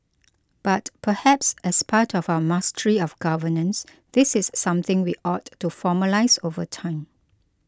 but perhaps as part of our mastery of governance this is something we ought to formalise over time